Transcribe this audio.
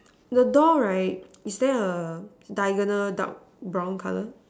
the door right is there a diagonal dark brown colour